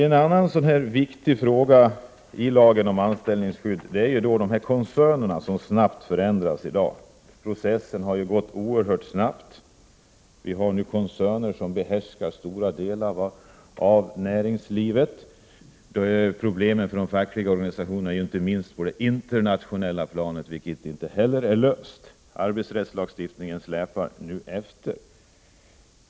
En annan viktig faktor som berör lagen om anställningsskydd är att koncernerna förändras så snabbt i dag. Processen har gått oerhört snabbt. Vi har nu koncerner som behärskar stora delar av näringslivet. Det medför problem för de fackliga organisationerna, inte minst på det internationella planet, vilket inte heller är löst. Arbetsrättslagstiftningen släpar efter.